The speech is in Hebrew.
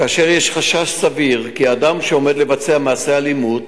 כאשר יש חשש סביר כי האדם עומד לבצע מעשה אלימות,